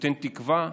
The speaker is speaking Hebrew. שנותן תקווה,